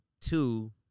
two